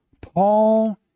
Paul